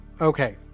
Okay